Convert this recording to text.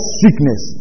sickness